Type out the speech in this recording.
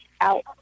out